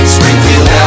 Springfield